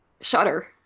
Shudder